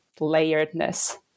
layeredness